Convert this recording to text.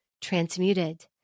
transmuted